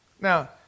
Now